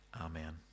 Amen